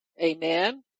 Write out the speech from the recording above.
amen